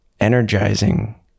Energizing